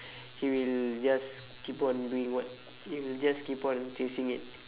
he will just keep on doing work he will just keep on chasing it